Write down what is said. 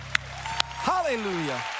Hallelujah